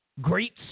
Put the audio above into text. Great